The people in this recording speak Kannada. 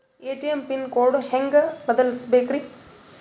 ಎ.ಟಿ.ಎಂ ಪಿನ್ ಕೋಡ್ ಹೆಂಗ್ ಬದಲ್ಸ್ಬೇಕ್ರಿ?